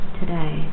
today